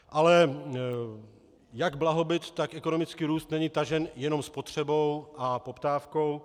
Ale jak blahobyt, tak ekonomický růst není tažen jenom spotřebou a poptávkou.